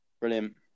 brilliant